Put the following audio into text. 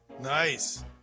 Nice